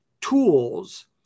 tools